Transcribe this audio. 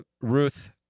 Ruth